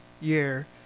year –